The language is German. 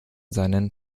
seinen